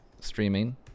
streaming